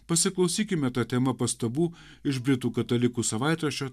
pasiklausykime ta tema pastabų iš britų katalikų savaitraščio